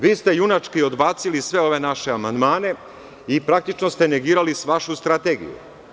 Vi ste junački odbacili sve ove naše amandmane i praktično ste negirali vašu strategiju.